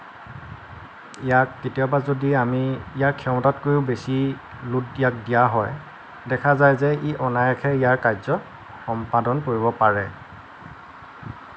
ইয়াক কেতিয়াবা যদি আমি ইয়াৰ ক্ষমতাতকৈও বেছি ল'ড ইয়াক দিয়া হয় দেখা যায় যে ই অনায়াসে ইয়াৰ কাৰ্য্য সম্পাদন কৰিব পাৰে